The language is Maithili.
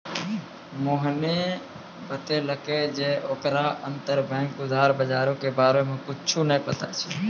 मोहने बतैलकै जे ओकरा अंतरबैंक उधार बजारो के बारे मे कुछु नै पता छै